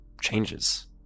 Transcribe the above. changes